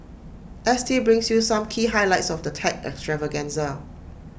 S T brings you some key highlights of the tech extravaganza